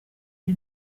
ari